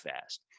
fast